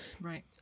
right